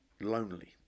lonely